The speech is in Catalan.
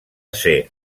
ser